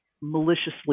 maliciously